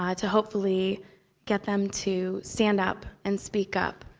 ah to hopefully get them to stand up, and speak up,